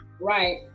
right